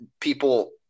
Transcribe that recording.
people